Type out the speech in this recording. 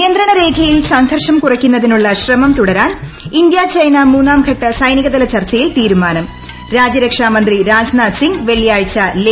നിയന്ത്രണ രേഖയിൽ സംഘർഷം കുറയ്ക്കുന്നതിനുള്ള ശ്രമം തൂടരാൻ ഇന്ത്യ ചൈന മൂന്നാംഘട്ട സൈനിക തല ചർച്ചയിൽ തീരുമാനം രാജ്യരക്ഷാ മന്ത്രി രാജ്നാഥ് സിംഗ് വെള്ളിയാഴ്ച ലേ സന്ദർശിക്കും